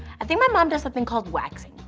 i think my mom does something called waxing.